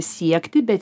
siekti bet